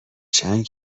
چند